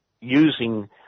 Using